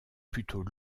plutôt